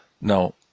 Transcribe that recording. Now